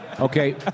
Okay